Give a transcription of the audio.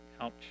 Ouch